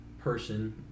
person